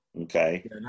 Okay